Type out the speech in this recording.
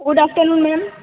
good afternoon ma'am